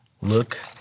Look